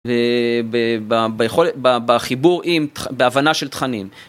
ב... ב... ביכולת... ב... בחיבור עם... בהבנה של תכנים.